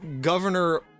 Governor